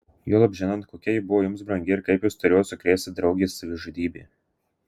juolab žinant kokia ji buvo jums brangi ir kaip jus turėjo sukrėsti draugės savižudybė